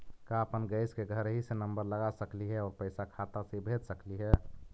का अपन गैस के घरही से नम्बर लगा सकली हे और पैसा खाता से ही भेज सकली हे?